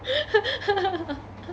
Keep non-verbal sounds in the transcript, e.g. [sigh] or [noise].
[laughs]